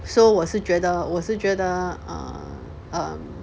so 我是觉得我是觉得 err err